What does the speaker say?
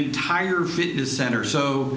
entire fitness center so